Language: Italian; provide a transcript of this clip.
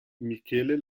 michele